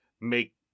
make